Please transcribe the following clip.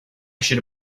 should